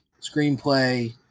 screenplay